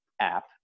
app